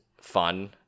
fun